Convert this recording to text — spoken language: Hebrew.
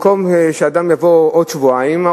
שבמקום שאדם יבוא בעוד שבועיים,